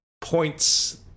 points